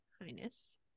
Highness